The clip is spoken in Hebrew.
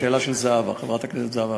זו שאלה של חברת הכנסת זהבה